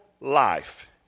life